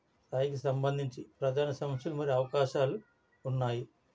స్థాయికి సంబంధించి ప్రధాన సమస్యలు మరియు అవకాశాలు ఉన్నాయి